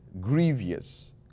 grievous